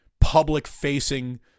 public-facing